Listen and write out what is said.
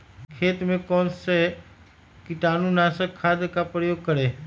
खेत में कौन से कीटाणु नाशक खाद का प्रयोग करें?